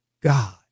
God